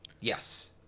Yes